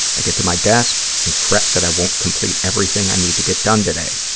i get to my desk and fret that i won't complete everything i need to get done today.